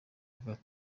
kigali